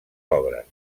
obres